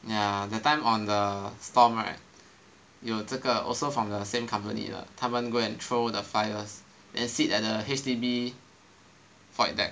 ya that time on the Stomp right 有这个 also from the same company 的他们 go and throw the flyers then sit at the H_D_B void deck